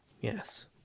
Yes